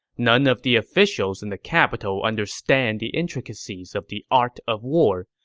none of the officials in the capital understand the intricacies of the art of war.